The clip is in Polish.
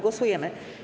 Głosujemy.